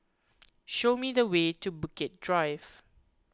show me the way to Bukit Drive